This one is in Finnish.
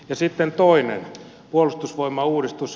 ja sitten toinen puolustusvoimauudistus